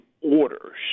orders